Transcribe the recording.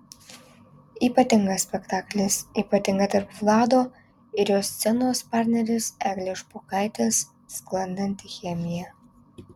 ypatingas spektaklis ypatinga tarp vlado ir jo scenos partnerės eglės špokaitės sklandanti chemija